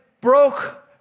broke